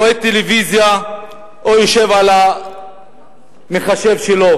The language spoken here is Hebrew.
רואה טלוויזיה או יושב ליד המחשב שלו,